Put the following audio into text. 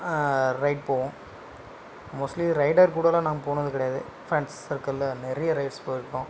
right போவோம் mostly rider கூடெல்லாம் நாங்கள் போனது கிடையாது ஃப்ரெண்ட்ஸ் சர்க்கிளில் நிறைய ரைட்ஸ் போயிருக்கோம்